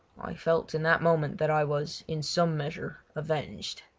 i felt in that moment that i was in some measure avenged.